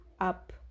up